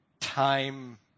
time